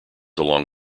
along